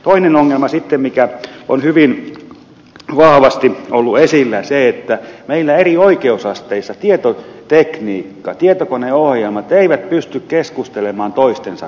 toinen ongelma sitten mikä on hyvin vahvasti ollut esillä on se että meillä eri oikeusasteissa tietotekniikka tietokoneohjelmat eivät pysty keskustelemaan toistensa kanssa